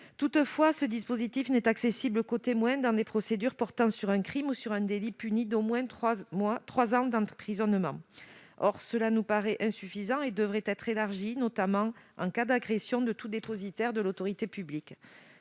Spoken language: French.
Toutefois, ce dispositif n'est accessible qu'aux témoins dans des procédures portant sur un crime ou sur un délit puni d'au moins trois ans d'emprisonnement. Cela nous paraît insuffisant et nous demandons un élargissement aux cas d'agression de tout dépositaire de l'autorité publique.